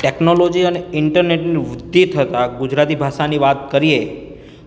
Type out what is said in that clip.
technology અને ઇન્ટરનેટની વૃદ્ધિ થતાં ગુજરાતી ભાષાની વાત કરીએ